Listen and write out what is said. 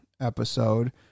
episode